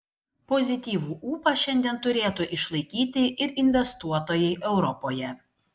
pozityvų ūpą šiandien turėtų išlaikyti ir investuotojai europoje